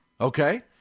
Okay